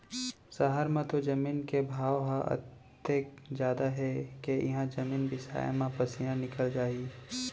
सहर म तो जमीन के भाव ह अतेक जादा हे के इहॉं जमीने बिसाय म पसीना निकल जाही